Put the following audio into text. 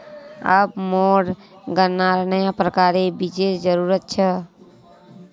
अब मोक गन्नार नया प्रकारेर बीजेर जरूरत छ